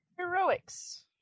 heroics